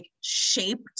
shaped